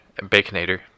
baconator